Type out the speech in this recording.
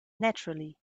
naturally